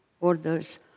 orders